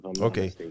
okay